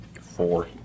Four